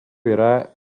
yra